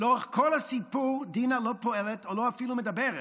לאורך כל הסיפור דינה לא פועלת, ואפילו לא מדברת,